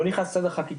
לא נכנס לחקיקתי,